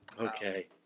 okay